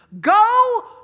go